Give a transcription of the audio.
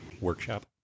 Workshop